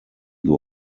ego